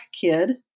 kid